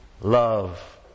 love